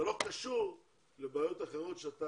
הנושא השני הפסקת הסיוע בשכר הדירה לחיילים בודדים משוחררים.